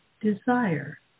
desire